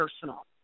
personal